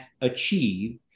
achieve